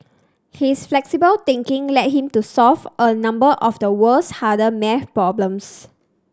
his flexible thinking led him to solve a number of the world's hard maths problems